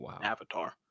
Avatar